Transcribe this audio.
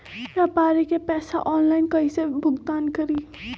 व्यापारी के पैसा ऑनलाइन कईसे भुगतान करी?